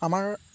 আমাৰ